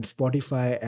Spotify